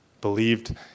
Believed